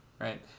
Right